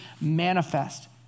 manifest